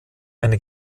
eine